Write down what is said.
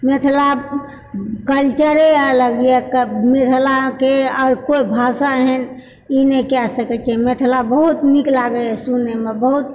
मिथिला कल्चरे इएह लगैए मिथिलाके आर कोइ भाषा एहन इ नहि कए सकैत छै मिथिला बहुत नीक लागैए सुनयमे बहुत